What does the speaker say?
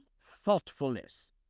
thoughtfulness